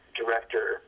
director